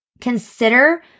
Consider